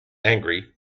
angry